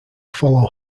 follow